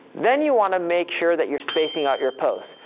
then you wanna make sure that you're spacing out your posts.